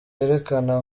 yerekana